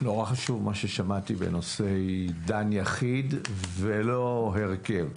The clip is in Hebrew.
נורא חשוב מה ששמעתי בנושא של דן יחיד ולא הרכב,